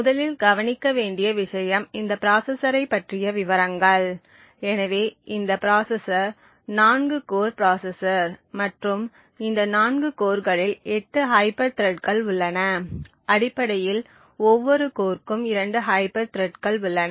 முதலில் கவனிக்க வேண்டிய விஷயம் இந்த ப்ராசசரைப் பற்றிய விவரங்கள் எனவே இந்த ப்ராசசர் 4 கோர் ப்ராசசர் மற்றும் இந்த 4 கோர்களில் 8 ஹைப்பர் த்ரெட்கள் உள்ளன அடிப்படையில் ஒவ்வொரு கோர்க்கும் 2 ஹைப்பர் த்ரெட்கள் உள்ளன